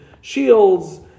shields